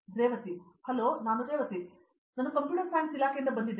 Revathi hi ನಾನು ರೇವತಿ ನಾನು computer science ಇಲಾಖೆಯಿಂದ ಬಂದಿದ್ದೇನೆ